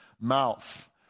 mouth